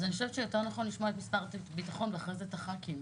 אז אני חושבת שיותר נכון לשמוע את משרד הביטחון ואחרי את הח"כים.